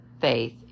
faith